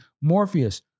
Morpheus